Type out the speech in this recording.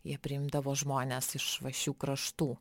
jie priimdavo žmones iš va šių kraštų